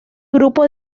grupo